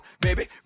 baby